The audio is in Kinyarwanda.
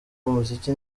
umuziki